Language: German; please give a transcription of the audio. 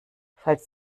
falls